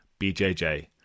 bjj